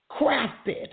crafted